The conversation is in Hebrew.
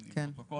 עם פרוטוקול.